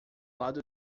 lado